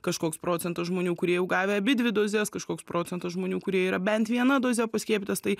kažkoks procentas žmonių kurie jau gavę abidvi dozes kažkoks procentas žmonių kurie yra bent viena doze paskiepytas tai